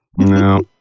No